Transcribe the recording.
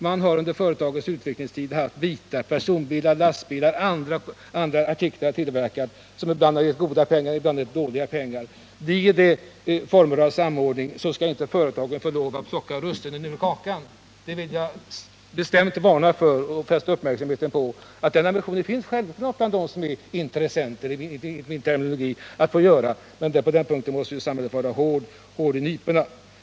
Man har under företagens utvecklingstid haft olika bitar — personbilar, lastbilar, andra artiklar —att tillverka som ibland gett goda, ibland dåliga ekonomiska resultat. Vid former av samordning skall inte företagen få lov att plocka russinen ur kakan. Det vill jag bestämt varna för och fästa uppmärksamheten på. Den ambitionen finns självklart bland dem som är intressenter. Men på den punkten måste samhället ta till hårda nypor.